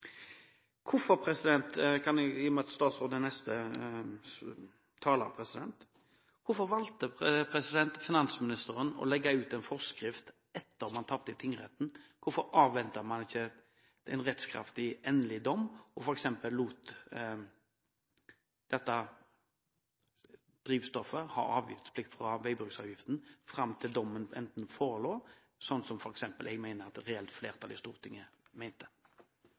med at statsråden er neste taler, spør jeg: Hvorfor valgte finansministeren å legge ut en forskrift etter at man tapte i tingretten? Hvorfor avventet man ikke en rettskraftig, endelig dom og lot dette drivstoffet ha avgiftsfritak fra veibruksavgiften fram til dommen forelå, slik som f.eks. jeg mener at et reelt flertall i Stortinget